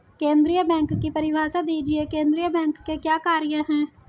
केंद्रीय बैंक की परिभाषा दीजिए केंद्रीय बैंक के क्या कार्य हैं?